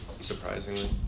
Surprisingly